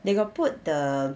they got put the